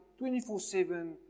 24-7